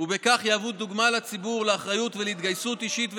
ובכך יהוו דוגמה לציבור לאחריות ולהתגייסות אישית וציבורית,